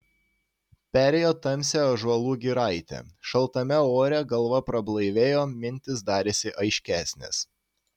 perėjo tamsią ąžuolų giraitę šaltame ore galva prablaivėjo mintys darėsi aiškesnės